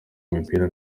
imipira